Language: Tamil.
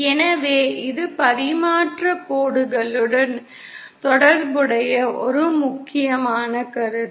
எனவே இது பரிமாற்றக் கோடுகளுடன் தொடர்புடைய ஒரு முக்கியமான கருத்து